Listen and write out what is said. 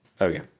Okay